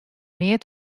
mear